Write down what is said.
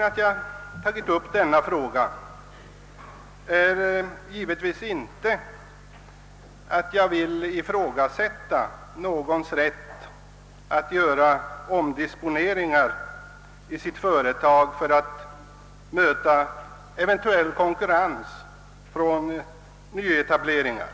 Att jag tagit upp denna fråga beror givetvis inte på att jag vill ifrågasätta någons rätt att göra omdisponeringar i sitt företag för att möta eventuell konkurrens från nyetableringar.